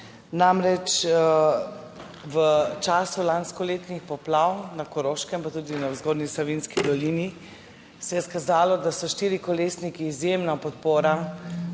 namreč, v času lanskoletnih poplav na Koroškem, pa tudi v Zgornji Savinjski dolini se je izkazalo, da so štirikolesniki izjemna podpora